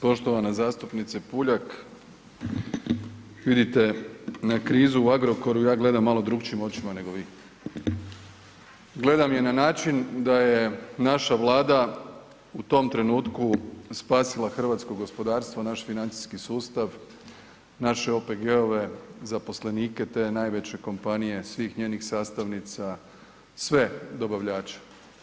Poštovana zastupnice Puljak, vidite na krizu u Agrokoru ja gledam malo drukčijim očima nego vi, gledam je na način da je naša Vlada u tom trenutku spasila hrvatsko gospodarstvo, naš financijski sustav, naše OPG-ove, zaposlenike te najveće kompanije, svih njenih sastavnica, sve dobavljače.